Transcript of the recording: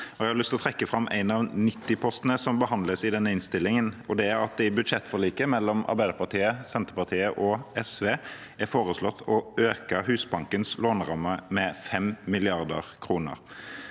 til å trekke fram en av 90-postene som behandles i denne innstillingen. I budsjettforliket mellom Arbeiderpartiet, Senterpartiet og SV er det foreslått å øke Husbankens låneramme med 5 mrd. kr.